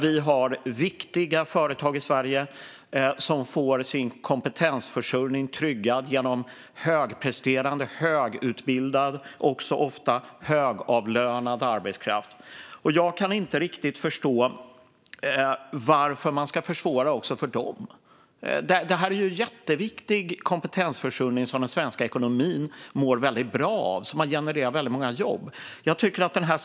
Vi har viktiga företag i Sverige som får sin kompetensförsörjning tryggad genom högpresterande, högutbildad och ofta också högavlönad arbetskraft. Jag kan inte riktigt förstå varför man ska försvåra också för dem. Det är en jätteviktig kompetensförsörjning som den svenska ekonomin mår väldigt bra av och som har genererat väldigt många jobb.